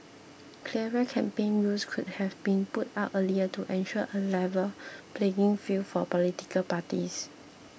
clearer campaign rules could have been put out earlier to ensure a level playing field for political parties